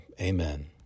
amen